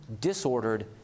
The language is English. disordered